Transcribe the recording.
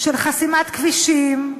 של חסימת כבישים,